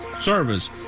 service